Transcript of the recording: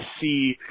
see